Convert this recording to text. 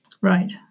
Right